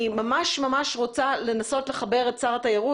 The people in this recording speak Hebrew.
אני ממש רוצה לנסות לחבר את שר התיירות